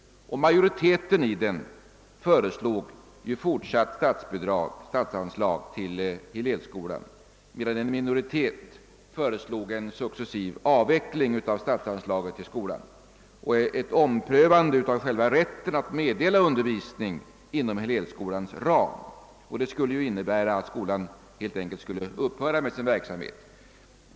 Majoriteten i utredningen föreslog fortsatt statsanslag till Hillelskolan, medan en minoritet föreslog successiv avveckling av statsanslaget och en omprövning av själva rätten att meddela undervisning inom Hillelskolans ram. Det skulle ju innebära att skolan helt enkelt skulle upphöra med sin verksamhet.